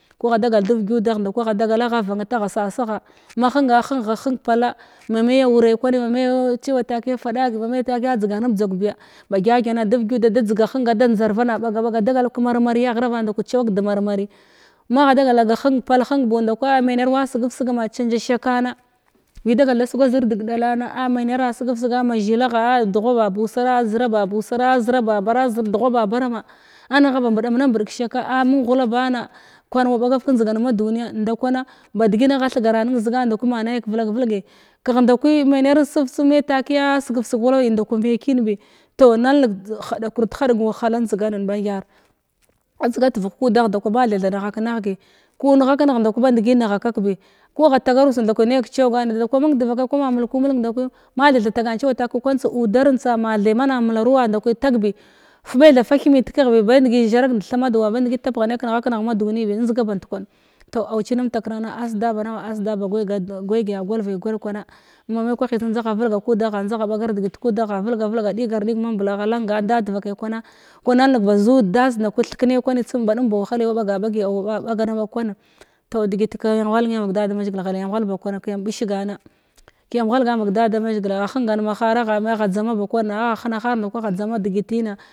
Kwaha dagal da vagyudah ndakwanəy agha dagal agha sasa gha mahənga hənga həng pala ma may awray kwanya wa may chəywa takəya fa daga ma may takəya a jzəgar na bjzawleta biya bagyagyana adar gyuda ajzgahəng ada njar vana ɓaga ɓaga a dagal ka mar-mariyaha ghravan nda kwanəy chawak da mar marəy maha dagal ga həng pal həng buu nda kwanəy a amanir wa sgəv səgama chanja shakana gwəya dagal da suga zər dəgdallana a manara a sugvu siga a ma zəlaha, duhaba usara; zəra babu usara, a zəra babara zər duha babar amma angha ba mbamna mbəg ka shaka a məng hulaba ma kwan wa bagav ka njzgan ma dunəya ndakwana ba dəgənna agha thgaranən zagan ndakwanəy may nay kvlakvəlgəy kəh nda kwanəy manar suv-tsum may takəya səgəu səg hulab nda kwa may kən bi tow nalnəg haɗa knut haɗga wahala njzaganən mathar a njzaga tvəgh kudan nda kwanəy mathay da nahak nahgəy ku nəhaka nəlg nda kwanəy bandgəy nəhakak bi ku agha tagar ussa nda kwanəy nay ka chawganbi kuma muku mulgwa nda kwanəy mathary tha tagan uddarən tsa ma thay mana mularuwa ndakwəy tag bi may tha fa thməy takəh bi bangəy zarak nda thmadawa bangəy taphanay ka nəhak nəg may dunəy bi anjzga bandkwan tow awchəy namtakrana ashda banawa ashda ba swayga-gwayga-gwayga ya gwayga kwana ma may kwahə tsum njaha vəlga ku daha njaha bagar dəgət kudaha vəlga-vəlga ɗigar-ɗiga ma mbla alangan da dvakay kwana kwanalnəg baz udd dash nda-kwanəy thiknay kwanəy tsum baɗum ba wahalay nən wa ɓagaɓagya awa ɓa ɓanaɓag kwan tow dəgət kwan waghalnəməyam vatx dadamazigla ghalyan ghalg ba kwana kəyan ɓisgana kəyarnghalgan vak dadamazigla ahəngan ma haraka ajzama ba kwana ajzama dəgətz na.